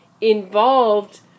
involved